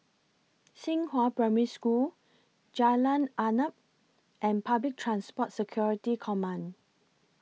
Xinghua Primary School Jalan Arnap and Public Transport Security Command